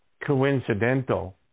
coincidental